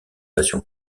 passion